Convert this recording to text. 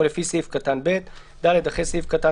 או לפי סעיף קטן (ב)"; (ד)אחרי סעיף קטן